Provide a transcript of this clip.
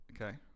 okay